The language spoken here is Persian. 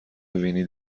وینی